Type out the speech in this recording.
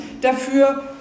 dafür